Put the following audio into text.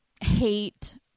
hate